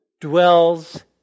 dwells